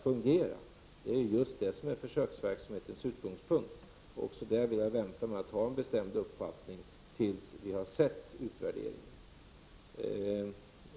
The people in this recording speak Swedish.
Det är just det som är försöks verksamhetens utgångspunkt. Även där vill jag vänta med att ha en bestämd uppfattning tills vi har sett utvärderingen.